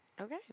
Okay